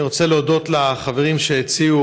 אני רוצה להודות לחברים שהציעו,